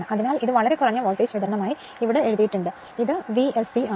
അതിനാൽ ഇത് വളരെ കുറഞ്ഞ വോൾട്ടേജ് വിതരണമായി ഇവിടെ എഴുതിയിട്ടുണ്ട് ഇത് V s c ആണ്